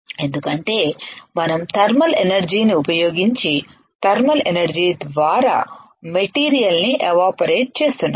ఎందుకంటే మనం థర్మల్ ఎనర్జీని ఉపయోగించి థర్మల్ ఎనర్జీ ద్వారా మెటీరియల్ ని ఎవాపరేట్ చేస్తున్నాము